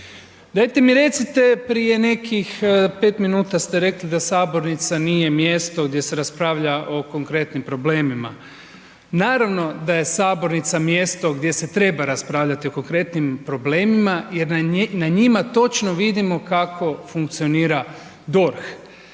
Dajte mi recite prije nekih pet minuta ste rekli da sabornica nije mjesto gdje se raspravlja o konkretnim problemima. Naravno da je sabornica mjesto gdje se treba raspravljati o konkretnim problemima jer na njima točno vidimo kako funkcionira DORH.